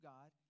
God